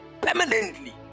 permanently